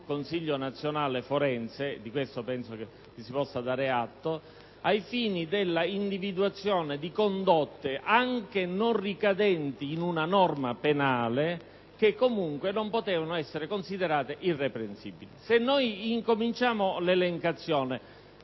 Consiglio nazionale forense - di questo penso gli si possa dare atto - ai fini dell'individuazione di condotte anche non ricadenti in una norma penale che comunque non potevano essere considerate irreprensibili. [**Presidenza del vice